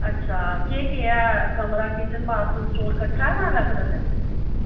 अच्छा केह् केह् ऐ कमरा किचन बाथरूम स्टोर कट्ठा जां अलग अलग ऐ